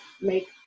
make